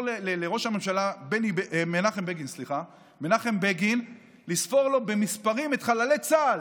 לראש הממשלה מנחם בגין במספרים את חללי צה"ל.